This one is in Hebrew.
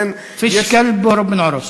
"פיש כלב בוהרוב מן עורוש".